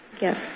Yes